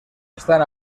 están